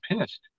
pissed